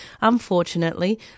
Unfortunately